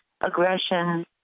aggression